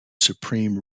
supreme